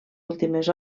últimes